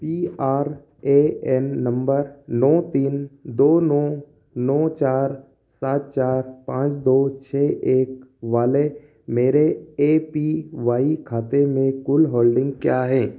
P R A N number नौ तीन दो नौ नौ चार सात चार पाँच दो छः एक वाले मेरे ए पी वाई खाते में कुल होल्डिंग क्या है